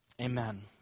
amen